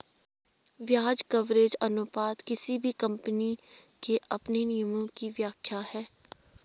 ब्याज कवरेज अनुपात किसी भी कम्पनी के अपने नियमों की व्याख्या है